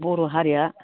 बर' हारिआ